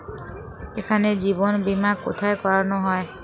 এখানে জীবন বীমা কোথায় করানো হয়?